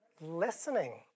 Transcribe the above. Listening